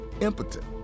impotent